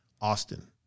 Austin